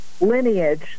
lineage